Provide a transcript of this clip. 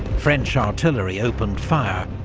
french artillery opened fire,